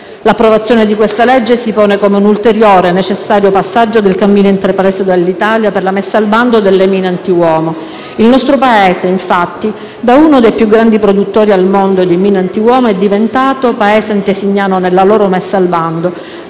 L'approvazione di questo provvedimento si pone come un ulteriore, necessario, passaggio, del cammino intrapreso dall'Italia per la messa al bando delle mine antiuomo. Il nostro Paese, infatti, da uno dei più grandi produttori al mondo di mine antiuomo, è diventato antesignano nella loro messa al bando,